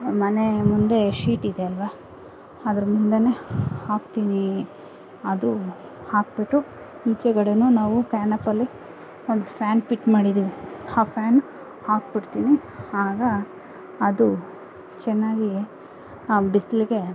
ಮನೆ ಮುಂದೆ ಶೀಟ್ ಇದೆ ಅಲ್ವ ಅದ್ರ ಮುಂದೆಯೇ ಹಾಕ್ತೀನಿ ಅದು ಹಾಕ್ಬಿಟ್ಟು ಈಚೆಗಡೆನು ನಾವು ಒಂದು ಫ್ಯಾನ್ ಫಿಟ್ ಮಾಡಿದ್ದೀವಿ ಆ ಫ್ಯಾನ್ ಹಾಕಿಬಿಡ್ತೀನಿ ಆಗ ಅದು ಚೆನ್ನಾಗಿ ಆ ಬಿಸಿಲಿಗೆ